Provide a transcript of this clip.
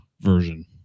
version